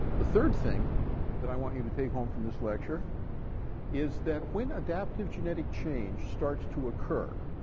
the third thing that i want you to take home from this lecture is that when adaptive genetic change starts to occur,